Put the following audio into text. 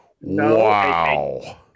Wow